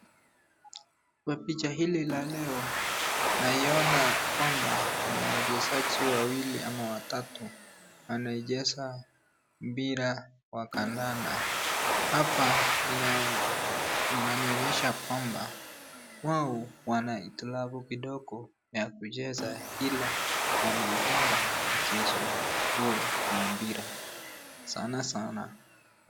Kwa picha hili la leo, naiona kwamba kuna wachezaji wawili ama watatu wanaicheza mpira wa kandanda. Hapa inanionyesha kwamba wao wana hitilafu kidogo ya kucheza ila wanaipenda mchezo huo wa mpira sana sana.